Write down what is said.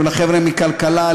לחבר'ה מכלכלה,